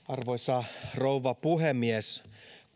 arvoisa rouva puhemies